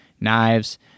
Knives